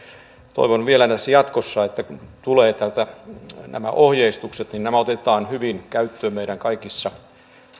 toivon vielä että kun tulee täältä jatkossa nämä ohjeistukset niin nämä otetaan hyvin käyttöön meidän kaikissa